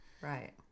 Right